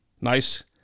nice